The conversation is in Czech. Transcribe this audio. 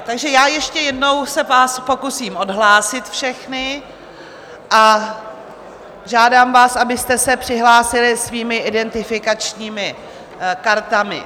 Takže já ještě jednou se vás pokusím odhlásit všechny a žádám vás, abyste se přihlásili svými identifikačními kartami.